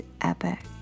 epic